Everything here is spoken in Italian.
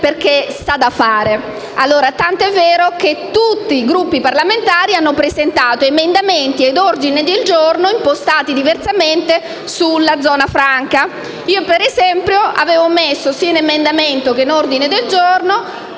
perché s'ha da fare; tanto è vero che tutti i Gruppi parlamentari hanno presentato emendamenti e ordini del giorno, diversamente impostati, sulla zona franca. Per esempio, io avevo presentato sia un emendamento che un ordine del giorno